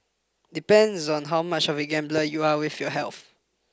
depends on how much of a gambler you are with your health